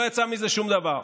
לא יצא מזה שום דבר.